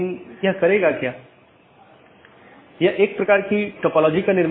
इसलिए उन्हें सीधे जुड़े होने की आवश्यकता नहीं है